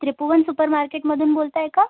Tribhuvan super मार्केटमधून बोलत आहे का